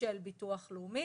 של ביטוח לאומי.